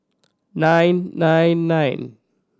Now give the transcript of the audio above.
nine nine nine